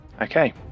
okay